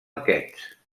aquests